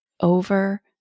over